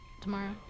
tomorrow